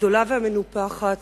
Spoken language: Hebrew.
הגדולה והמנופחת